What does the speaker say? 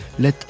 Let